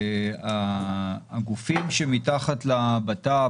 הגופים שמתחת לבט"פ